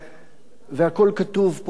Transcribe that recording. והכול כתוב פה בחוק הזה,